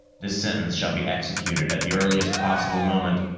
this sentence shall be executed at the earliest possible moment,